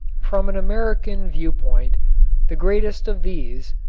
from an american viewpoint the greatest of these,